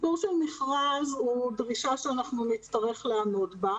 הסיפור של מכרז הוא דרישה שנצטרך לעמוד בה,